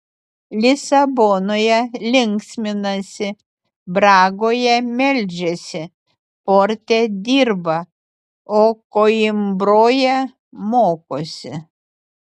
lisabonoje linksminasi bragoje meldžiasi porte dirba o koimbroje mokosi